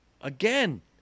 again